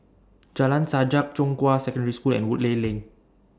Jalan Sajak Zhonghua Secondary School and Woodleigh Lane